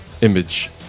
image